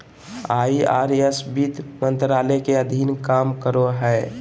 IRS वित्त मंत्रालय के अधीन काम करो हय